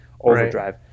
overdrive